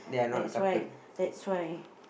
that's why that's why